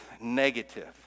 negative